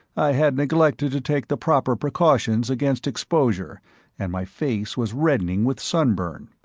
i had neglected to take the proper precautions against exposure and my face was reddening with sunburn.